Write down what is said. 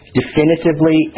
definitively